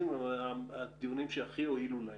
התודות הם לעושים במלאכה.